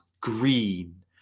green